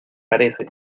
parece